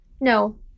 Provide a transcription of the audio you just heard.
no